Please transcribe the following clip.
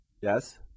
yes